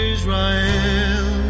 Israel